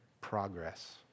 progress